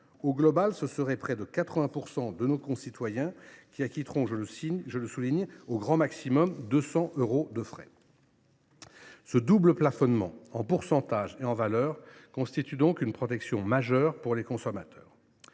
Globalement, près de 80 % de nos concitoyens, je le souligne, acquitteront au maximum 200 euros de frais. Ce double plafonnement, en pourcentage et en valeur, constitue donc une protection majeure pour les consommateurs.